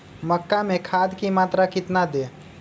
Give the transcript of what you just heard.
मक्का में खाद की मात्रा कितना दे?